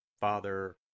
Father